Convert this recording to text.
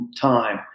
time